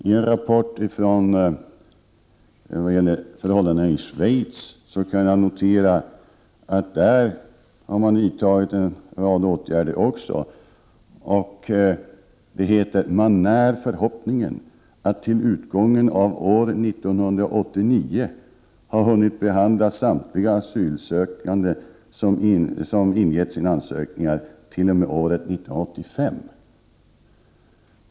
I en rapport om förhållandena i Schweiz framgår det att man även där har vidtagit en rad åtgärder. I rapporten står det att man när förhoppningen att till utgången av år 1989 ha hunnit behandla ärendena för samtliga asylsökande som ingett sina ansökningar t.o.m. år 1985.